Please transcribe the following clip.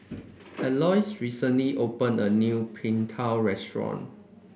Alois recently opened a new Png Tao Restaurant